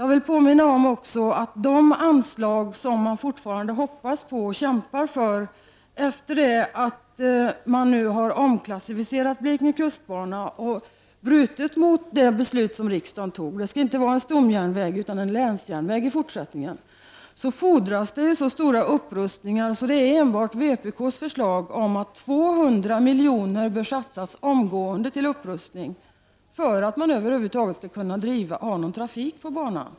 I Blekinge hoppas man fortfarande på och kämpar för att få anslag, men efter det att riksdagens beslut har frångåtts och Blekinge kustbana omklassificerats, dvs. den skall inte vara en stomjärnväg utan en länsjärnväg i fortsättningen, fordras det så stora upprustningar att det enbart är vpk:s förslag om att 200 miljoner bör satsas omgående som över huvud taget möjliggör någon trafik på banan.